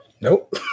nope